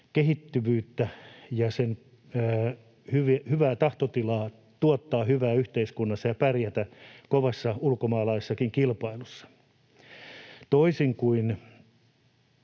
kehittyvyyttä ja sen hyvää tahtotilaa tuottaa hyvää yhteiskunnassa ja pärjätä kovassa ulkomaalaisessakin kilpailussa. Toisin kuin